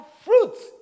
fruits